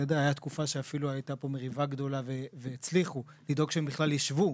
הייתה תקופה שאפילו הייתה פה מריבה גדולה והצליחו לדאוג שהם בכלל יישבו.